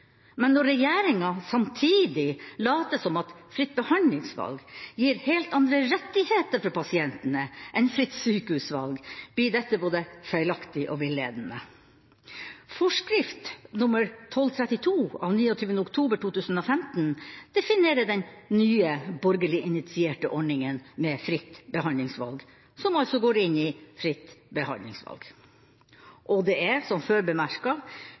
Men når regjeringa samtidig later som om «fritt behandlingsvalg» gir helt andre rettigheter for pasientene enn «fritt sykehusvalg», blir dette både feilaktig og villedende. Forskrift nr. 1232 av 29. oktober 2015 definerer den nye, borgerlig initierte ordningen «fritt behandlingsvalg». Og det er – som før bemerket – kun innrettet på å gi rettigheter til de private aktørene som